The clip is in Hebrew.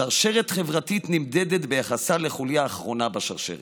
שרשרת חברתית נמדדת ביחסה לחוליה האחרונה בשרשרת.